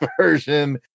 version